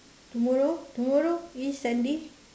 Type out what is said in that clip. tomorrow tomorrow is Sunday